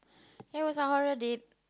it was a horror date